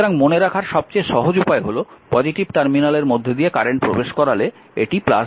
সুতরাং মনে রাখার সবচেয়ে সহজ উপায় হল পজিটিভ টার্মিনালের মধ্য দিয়ে কারেন্ট প্রবেশ করালে এটি vi